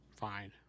Fine